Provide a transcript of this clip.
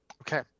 Okay